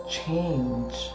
change